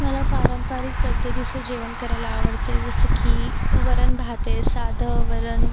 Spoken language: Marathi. मला पारंपरिक पद्धतीचं जेवण करायला आवडते जसे की वरण भात आहे साधं वरण